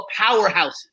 powerhouses